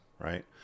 Right